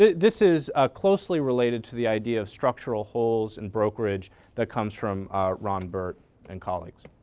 this is closely related to the idea of structural holes in brokerage that comes from ron burt and colleagues.